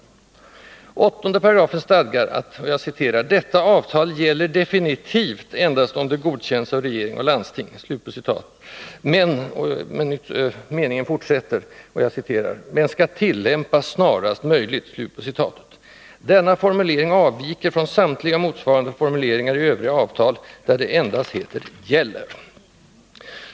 I 8 § stadgas att ”detta avtal gäller definitivt endast om det godkänns av regering och landsting”, och meningen fortsätter på följande sätt: ”men skall tillämpas snarast möjligt”. Denna formulering avviker från samtliga motsvarande formuleringar i övriga avtal, där det endast heter ”gäller”.